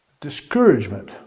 discouragement